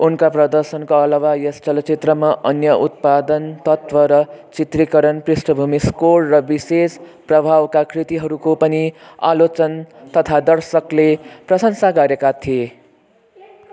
उनका प्रदर्शनको अलावा यस चलचित्रमा अन्य उत्पादन तत्त्व र चित्रीकरण पृष्ठभूमि स्कोर र विशेष प्रभावका कृतिहरूको पनि आलोचन तथा दर्शकले प्रशंसा गरेका थिए